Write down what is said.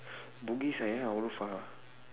bugis eh far